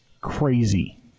crazy